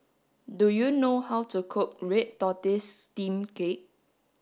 do you know how to cook red tortoise steamed cake